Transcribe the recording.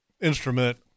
instrument